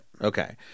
Okay